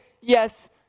Yes